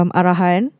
arahan